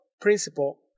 principle